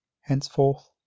Henceforth